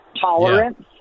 tolerance